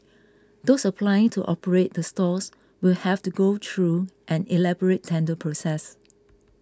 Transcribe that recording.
those applying to operate the stalls will have to go through an elaborate tender process